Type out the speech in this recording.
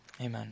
Amen